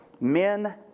men